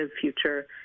future